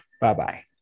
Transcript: Bye-bye